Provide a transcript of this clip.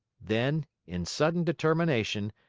then, in sudden determination,